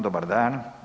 Dobar dan.